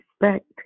respect